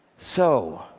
so,